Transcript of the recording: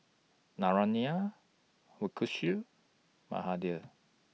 Naraina Mukesh Mahade